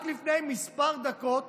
רק לפני כמה דקות